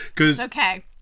okay